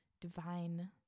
divine